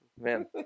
Man